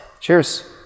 cheers